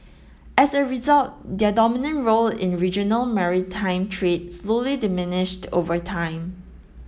as a result their dominant role in regional maritime trade slowly diminished over time